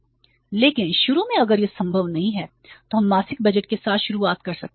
लेकिन शुरू में अगर यह संभव नहीं है तो हम मासिक बजट के साथ शुरुआत कर सकते हैं